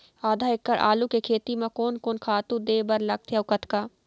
आधा एकड़ आलू के खेती म कोन कोन खातू दे बर लगथे अऊ कतका?